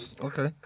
okay